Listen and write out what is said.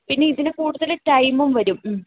പിന്നെ ഇതിന് കൂടുതൽ ടൈമും വരും